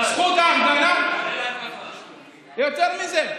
אתה, זכות ההפגנה, יותר מזה,